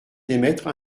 d’émettre